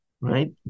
right